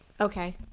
Okay